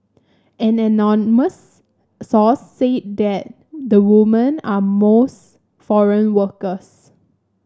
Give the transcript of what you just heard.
an anonymous source say that the woman are most foreign workers